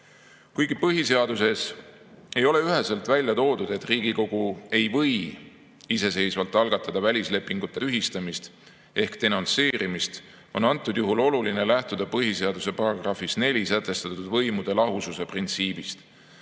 põhiseaduses ei ole üheselt välja toodud, et Riigikogu ei või iseseisvalt algatada välislepingute tühistamist ehk denonsseerimist, on antud juhul oluline lähtuda põhiseaduse §‑s 4 sätestatud võimude lahususe printsiibist.